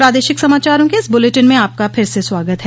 प्रादेशिक समाचारों के इस बुलेटिन में आपका फिर से स्वागत है